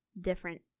different